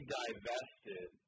divested